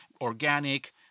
organic